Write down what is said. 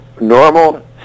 normal